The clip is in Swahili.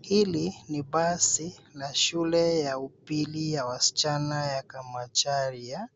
Hili ni basi la shule ya upili ya wasichana ya Kamacharia.